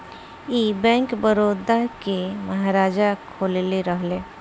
ई बैंक, बड़ौदा के महाराजा खोलले रहले